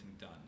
done